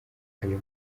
ayo